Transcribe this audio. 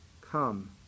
Come